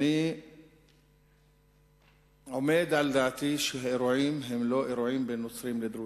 אני עומד על דעתי שהאירועים הם לא בין נוצרים לדרוזים.